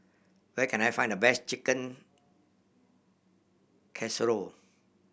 where can I find the best Chicken Casserole